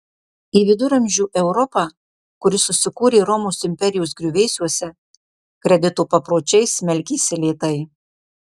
į viduramžių europą kuri susikūrė romos imperijos griuvėsiuose kredito papročiai smelkėsi lėtai